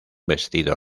vestido